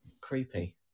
creepy